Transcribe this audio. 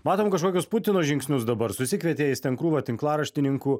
matom kažkokius putino žingsnius dabar susikvietė jis ten krūvą tinklaraštininkų